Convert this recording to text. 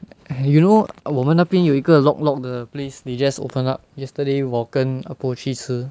you know 我们那边有一个 lok lok 的 place they just open up yesterday 我跟 ah bo 去吃